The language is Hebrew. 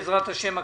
בעזרת השם,